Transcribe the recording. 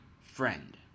friend